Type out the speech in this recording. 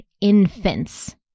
infants